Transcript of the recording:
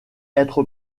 être